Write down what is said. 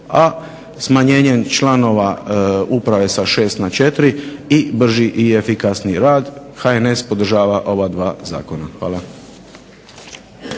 a smanjenjem članova uprave sa 6 na 4, brži i efikasniji rad i HNS podržava ova dva Zakona. Hvala.